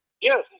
Yes